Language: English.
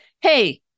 Hey